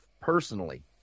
personally